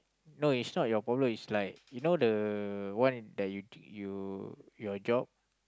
no it's not your problem is like you know the one that you you your job